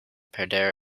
perder